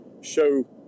show